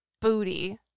booty